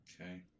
Okay